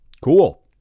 Cool